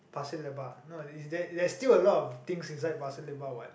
Pasir-Lebar no is there there's still a lot of things inside Pasir-Lebar what